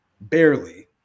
Barely